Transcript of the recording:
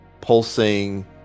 pulsing